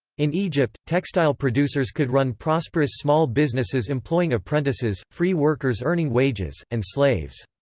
in egypt, textile producers could run prosperous small businesses employing apprentices, free workers earning wages, and slaves.